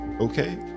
Okay